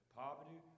poverty